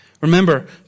Remember